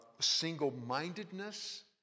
single-mindedness